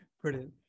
Brilliant